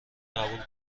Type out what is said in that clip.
قبول